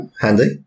handy